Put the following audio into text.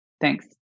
Thanks